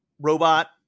Robot